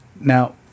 Now